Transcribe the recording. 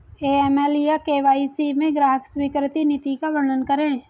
AML या KYC में ग्राहक स्वीकृति नीति का वर्णन करें?